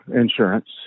Insurance